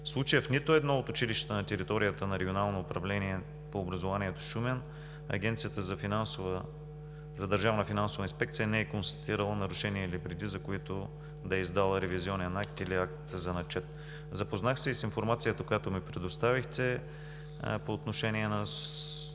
случая в нито едно от училищата на територията на Регионално управление по образованието – Шумен, Агенцията за държавна финансова инспекция не е констатирала нарушение или вреди, за които да е издала ревизионен акт или акт за начет. Запознах се и с информацията, която ми предоставихте по отношение на